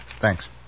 Thanks